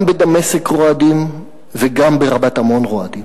גם בדמשק רועדים וגם ברבת-עמון רועדים.